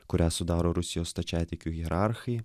kurią sudaro rusijos stačiatikių hierarchai